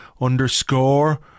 underscore